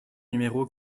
numéro